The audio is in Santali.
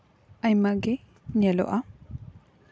ᱟᱭᱢᱟᱜᱮ ᱧᱮᱞᱚᱜᱼᱟ